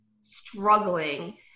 struggling